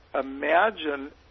imagine